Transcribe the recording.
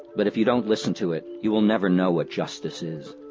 but if you don't listen to it, you will never know what justice is.